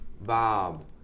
Bob